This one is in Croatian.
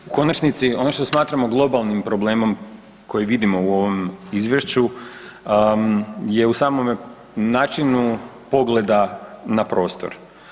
U konačnici, ono što smatramo globalnim problemom kojeg vidimo u ovom izvješću je u samome načinu pogleda na prostor.